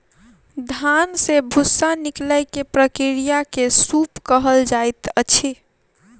धान से भूस्सा निकालै के प्रक्रिया के सूप कहल जाइत अछि